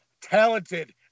talented